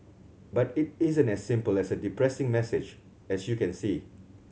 but it isn't as simple as a depressing message as you can see